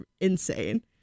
insane